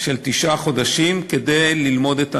של תשעה חודשים כדי ללמוד את הנושא,